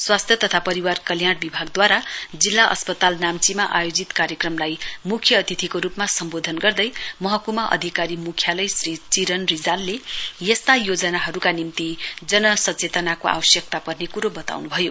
स्वास्थ्य तथा परिवार कल्याण विभागद्वारा जिल्ला अस्पताल नाम्चीमा आयोजित कार्यक्रमलाई मुख्य अतिथिको रूपमा सम्बोधन गर्दै महकुमा अधिकारी मुख्यालय श्री चिरन रिजालले यस्ता योजनाहरूका निम्ति जन सचेतनाको आवश्यकता पर्ने कुरो बताउनुभयो